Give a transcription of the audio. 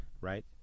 right